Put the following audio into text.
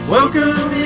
Welcome